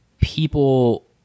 people